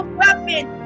weapon